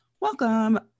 welcome